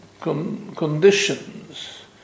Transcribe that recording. conditions